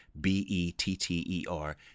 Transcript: B-E-T-T-E-R